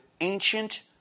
ancient